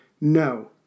no